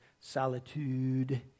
solitude